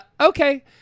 Okay